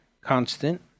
constant